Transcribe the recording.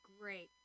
Great